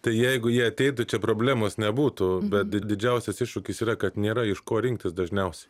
tai jeigu jie ateitų čia problemos nebūtų bet didžiausias iššūkis yra kad nėra iš ko rinktis dažniausiai